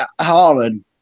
Harlan